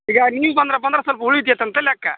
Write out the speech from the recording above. ಈಗ ನೀವು ಬಂದ್ರ್ಪಾ ಸ್ವಲ್ಪ ಉಳಿತೈತೆ ಅಂತ ಲೆಕ್ಕ